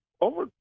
over